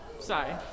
Sorry